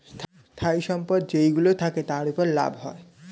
স্থায়ী সম্পদ যেইগুলো থাকে, তার উপর লাভ হয়